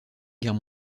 guerre